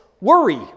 worry